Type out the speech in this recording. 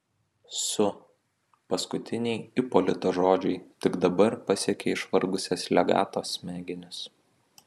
su paskutiniai ipolito žodžiai tik dabar pasiekė išvargusias legato smegenis